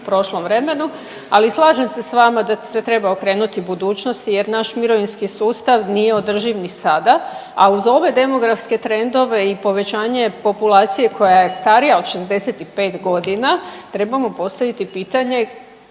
u prošlom vremenu. Ali slažem se s vama da se treba okrenuti budućnosti, jer naš mirovinski sustav nije održiv ni sada. A uz ove demografske trendove i povećanje populacije koja je starija od 65 godina trebamo postaviti pitanje